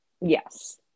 Yes